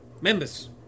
Members